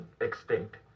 extinct